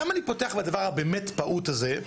למה אני פותח לדבר הבאמת פעוט הזה?